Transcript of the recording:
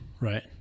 Right